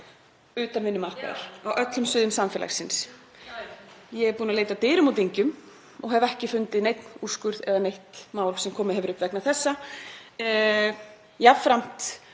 Utan vinnumarkaðar. Á öllum sviðum samfélagsins. Ég er búin að leita dyrum og dyngjum og hef ekki fundið neinn úrskurð eða neitt mál sem komið hefur upp vegna þessa. Jafnframt